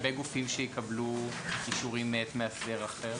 מה לגבי גופים שיקבלו אישורים מאת מאסדר אחר?